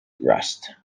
rust